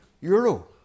euro